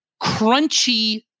crunchy